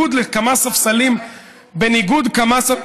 כמה הצביעו?